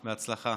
בהצלחה.